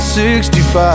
65